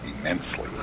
immensely